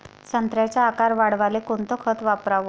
संत्र्याचा आकार वाढवाले कोणतं खत वापराव?